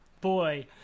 Boy